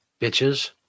Bitches